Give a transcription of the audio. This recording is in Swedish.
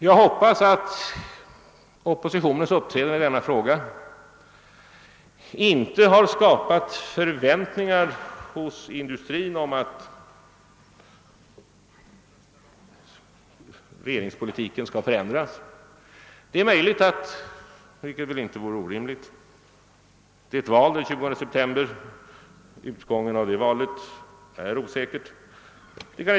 Jag hoppas att oppositionens uppträdande i denna fråga inte har skapat förväntningar hos industrin om att regeringspolitiken skall förändras. Det är val den 20 september; utgången av detta val är osäker.